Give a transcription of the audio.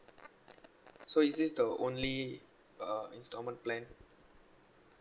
so is this the only uh instalment plan